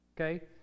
okay